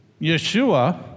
Yeshua